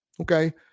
Okay